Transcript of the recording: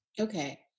Okay